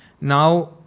Now